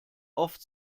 oft